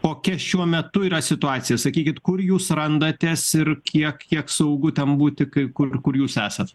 kokia šiuo metu yra situacija sakykit kur jūs randatės ir kiek kiek saugu ten būti k kur kur jūs esat